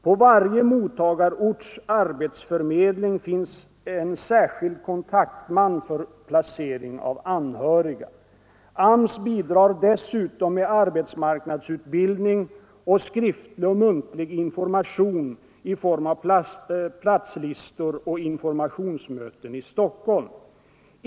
På varje mottagarorts arbetsförmedling finns en särskild kontaktman för placering av anhöriga. AMS bidrar dessutom med arbetsmarknadsutbildning och skriftlig och muntlig information i form av platslistor och informationsmöten i Stockholm.